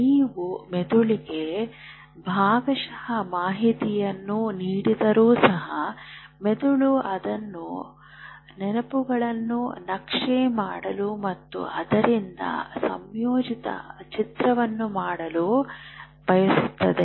ನೀವು ಮೆದುಳಿಗೆ ಭಾಗಶಃ ಮಾಹಿತಿಯನ್ನು ನೀಡಿದ್ದರೂ ಸಹ ಮೆದುಳು ಅದನ್ನು ನೆನಪುಗಳನ್ನು ನಕ್ಷೆ ಮಾಡಲು ಮತ್ತು ಅದರಿಂದ ಸಂಯೋಜಿತ ಚಿತ್ರವನ್ನು ಮಾಡಲು ಬಳಸುತ್ತದೆ